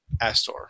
Astor